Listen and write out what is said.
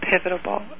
pivotal